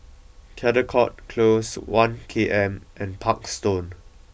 Caldecott Close One K M and Parkstone Road